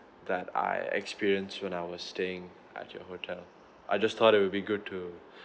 that I experienced when I was staying at your hotel I just thought it would be good to